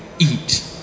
eat